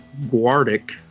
Guardic